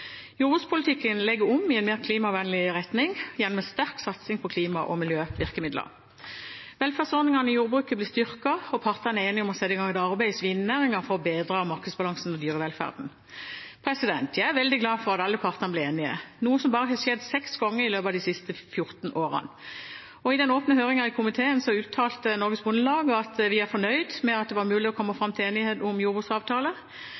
Jordbrukspolitikken legges om i en mer klimavennlig retning gjennom en sterk satsing på klima- og miljøvirkemidler. Velferdsordningene i jordbruket blir styrket, og partene er enige om å sette i gang et arbeid i svinenæringen for bedre markedsbalanse og dyrevelferd. Jeg er veldig glad for at alle partene ble enige, noe som bare har skjedd 6 ganger i løpet av de siste 14 årene. I den åpne høringen i komiteen uttalte Norges Bondelag at de er fornøyd med at det var mulig å komme